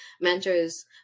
Mentors